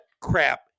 crap